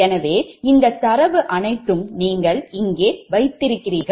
எனவே இந்த தரவு அனைத்தும் நீங்கள் இங்கே வைக்கிறீர்கள்